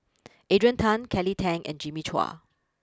Adrian Tan Kelly Tang and Jimmy Chua